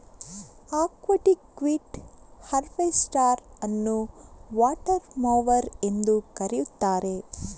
aquatic weed harvester ಅನ್ನುವಾಟರ್ mower ಎಂದೂ ಕರೆಯುತ್ತಾರೆ